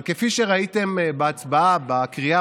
אבל כפי שראיתם בהצבעה בקריאה